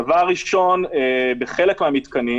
לדבר עם השופט,